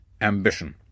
ambition